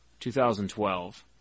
2012